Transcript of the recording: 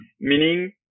meaning